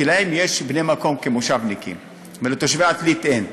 כי להם יש בני מקום כמושבניקים ולתושבי עתלית אין.